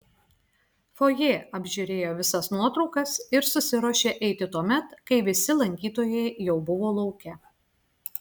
fojė apžiūrėjo visas nuotraukas ir susiruošė eiti tuomet kai visi lankytojai jau buvo lauke